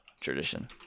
tradition